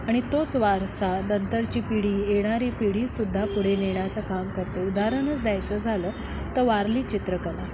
आणि तोच वारसा नंतरची पिढी येणारी पिढीसुद्धा पुढे नेण्याचं काम करते उदाहरणच द्यायचं झालं तर वारली चित्रकला